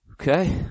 Okay